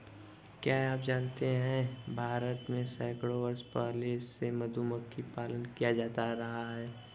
क्या आप जानते है भारत में सैकड़ों वर्ष पहले से मधुमक्खी पालन किया जाता रहा है?